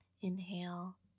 Inhale